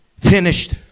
finished